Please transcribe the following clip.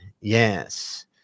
yes